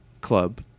club